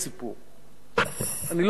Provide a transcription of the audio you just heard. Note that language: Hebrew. אני לא רוצה לדבר על כולם תמיד.